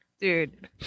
Dude